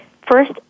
first